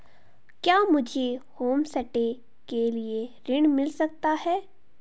क्या मुझे होमस्टे के लिए ऋण मिल सकता है?